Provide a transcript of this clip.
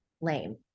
lame